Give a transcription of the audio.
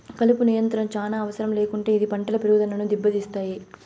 కలుపు నియంత్రణ చానా అవసరం లేకుంటే ఇది పంటల పెరుగుదనను దెబ్బతీస్తాయి